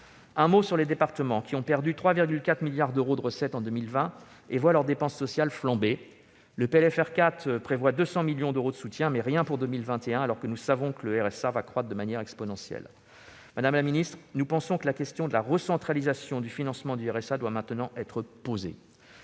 Les départements ont perdu 3,4 milliards d'euros de recettes en 2020 et voient leurs dépenses sociales flamber. Le PLFR 4 prévoit 200 millions d'euros de soutien, mais rien pour 2021, alors que- nous le savons -le RSA va croître de manière exponentielle. Madame la ministre, nous pensons que la question de la recentralisation du financement du RSA doit maintenant être posée.